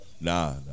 Nah